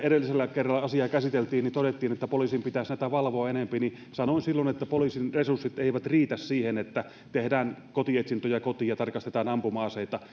edellisellä kerralla asiaa käsiteltiin todettiin että poliisin pitäisi näitä valvoa enempi niin sanoin silloin että poliisin resurssit eivät riitä siihen että tehdään kotietsintöjä kotiin ja tarkastetaan ampuma aseita